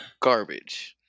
garbage